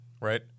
right